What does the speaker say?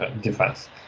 defense